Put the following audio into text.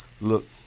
look